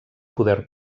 poder